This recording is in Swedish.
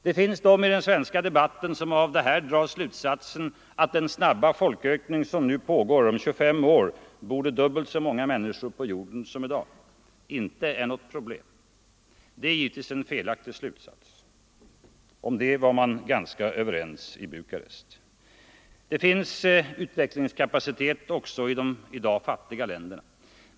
Det finns de i den svenska debatten som av detta drar slutsatsen att den snabba folkökning som nu pågår - om 25 år bor det dubbelt så många människor på jorden som i dag — inte är något problem. Det är givetvis en felaktig slutsats. Om det blev man ganska överens i Bukarest. Det finns utvecklingskapacitet också i de i dag fattiga länderna.